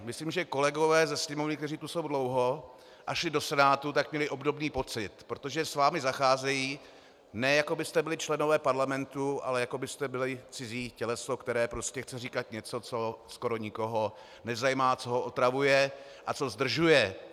Myslím, že kolegové ze Sněmovně, kteří tu jsou dlouho a šli do Senátu, tak měli obdobný pocit, protože s vámi zacházejí, ne jako kdybyste byli členové Parlamentu, ale jako byste byli cizí těleso, které chce říkat něco, co skoro nikoho nezajímá, co ho otravuje a co ho zdržuje.